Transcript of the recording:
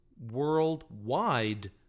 worldwide